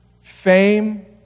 fame